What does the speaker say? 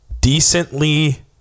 Decently